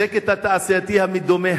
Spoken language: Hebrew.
בדיוק עמדה